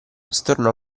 stornò